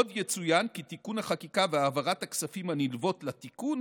עוד יצוין כי תיקון החקיקה והעברות התקציב הנלוות לתיקון